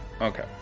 Okay